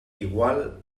igual